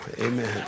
Amen